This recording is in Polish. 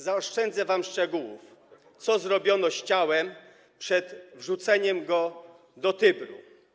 Zaoszczędzę wam szczegółów, co zrobiono z ciałem przed wrzuceniem go do Tybru.